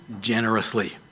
generously